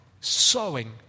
sowing